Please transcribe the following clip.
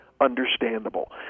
understandable